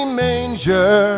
manger